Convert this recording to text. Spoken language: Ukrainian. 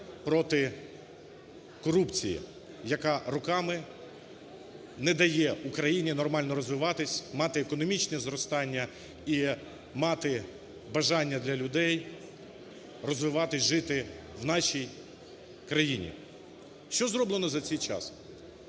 проти корупції, яка роками не дає Україні нормально розвиватись, мати економічне зростання і мати бажання для людей розвиватись, жити в нашій країні. Що зроблено за цей час?